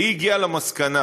והיא הגיעה למסקנה,